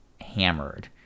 hammered